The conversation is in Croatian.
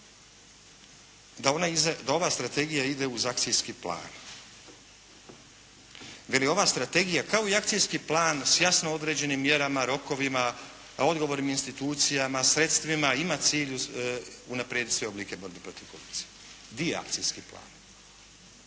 da ova strategija ide uz akcijski plan. Veli, ova strategija kao i akcijski plan s jasno određenim mjerama, rokovima, odgovornim institucijama, sredstvima ima cilj unaprijediti sve oblike borbe protiv korupcije. Gdje je akcijski plan?